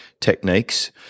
techniques